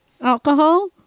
alcohol